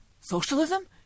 Socialism